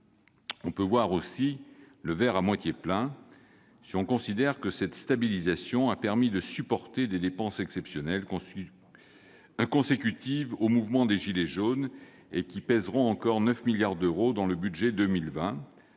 On peut aussi voir le verre à moitié plein si on considère que cette stabilisation a permis de supporter des dépenses exceptionnelles consécutives au mouvement des « gilets jaunes », et qui pèsent encore 9 milliards d'euros dans le budget pour